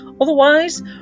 Otherwise